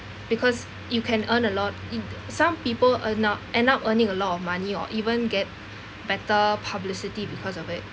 because you can earn a lot in some people earn up end up earning a lot of money or even get better publicity because of it